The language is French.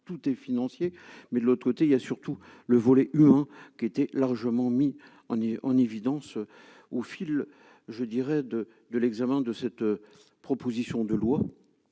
tout, et financier mais de l'autre côté il y a surtout le volet humain qui était largement mis en en évidence au fil je dirais de de l'examen de cette proposition de loi